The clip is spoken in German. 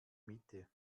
mitte